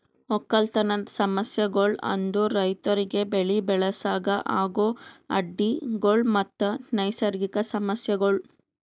ಒಕ್ಕಲತನದ್ ಸಮಸ್ಯಗೊಳ್ ಅಂದುರ್ ರೈತುರಿಗ್ ಬೆಳಿ ಬೆಳಸಾಗ್ ಆಗೋ ಅಡ್ಡಿ ಗೊಳ್ ಮತ್ತ ನೈಸರ್ಗಿಕ ಸಮಸ್ಯಗೊಳ್